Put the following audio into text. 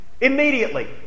Immediately